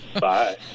Bye